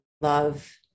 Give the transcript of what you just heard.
love